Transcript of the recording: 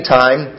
time